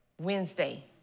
Wednesday